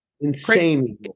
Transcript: Insane